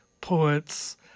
poets